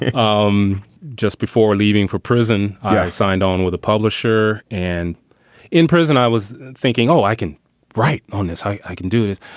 and um just before leaving for prison, i signed on with the publisher. and in prison i was thinking, oh, i can write on this. i i can do this.